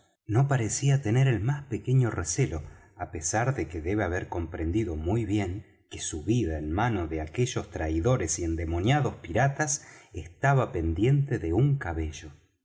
no parecía tener el más pequeño recelo á pesar de que debe haber comprendido muy bien que su vida en manos de aquellos traidores y endemoniados piratas estaba pendiente de un cabello